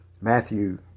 Matthew